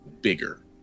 bigger